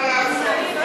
אין בה ערבים, מה לעשות.